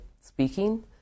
speaking